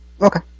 Okay